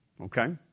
Okay